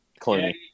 Clooney